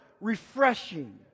refreshing